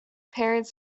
pears